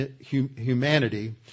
humanity